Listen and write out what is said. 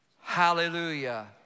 hallelujah